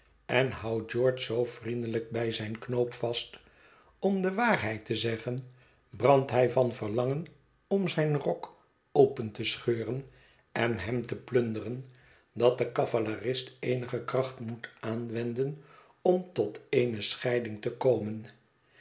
en houdt george zoo vriendelijk bij zijn knoop vast om de waarheid te zeggen brandt hij van verlangen om zijn rok open te scheuren en hem te plunderen dat de cavalerist eenige kracht moet aanwenden om tot eene scheiding te komen